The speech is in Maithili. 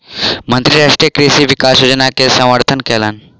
मंत्री राष्ट्रीय कृषि विकास योजना के समर्थन कयलैन